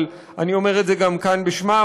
אבל אני אומר את זה גם כאן בשמה,